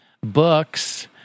books